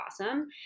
awesome